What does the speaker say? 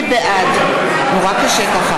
בעד רוברט טיבייב, בעד מרדכי יוגב,